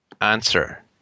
answer